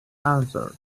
answered